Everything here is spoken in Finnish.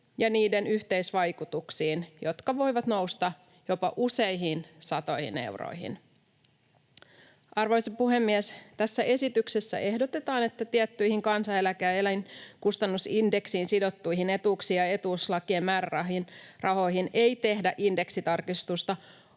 ja niiden yhteisvaikutuksiin, jotka voivat nousta jopa useisiin satoihin euroihin. Arvoisa puhemies! Tässä esityksessä ehdotetaan, että tiettyihin kansaneläke- ja elinkustannusindeksiin sidottuihin etuuksiin ja etuuslakien määrärahoihin ei tehdä indeksitarkistusta